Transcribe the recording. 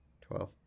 Twelve